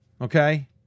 okay